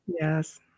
Yes